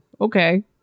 okay